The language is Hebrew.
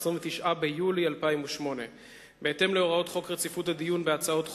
29 ביולי 2008. בהתאם להוראות חוק רציפות הדיון בהצעות חוק,